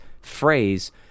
phrase